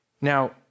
Now